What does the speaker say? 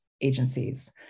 agencies